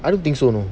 I don't think so